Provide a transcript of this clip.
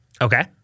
Okay